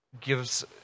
gives